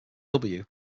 are